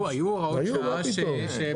היו הוראות שעה שפשוט לא האריכו.